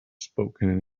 spoken